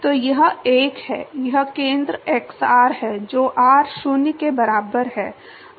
तो यह एक है यह केंद्र xr है जो r शून्य के बराबर है